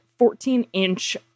14-inch